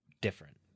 different